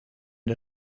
der